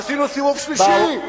עשינו סיבוב שלישי,